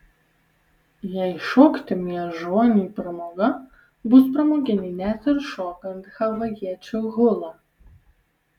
jei šokti miežoniui pramoga bus pramoginiai net ir šokant havajiečių hulą